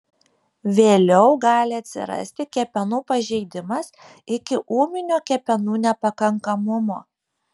vėliau gali atsirasti kepenų pažeidimas iki ūminio kepenų nepakankamumo